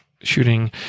shooting